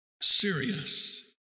serious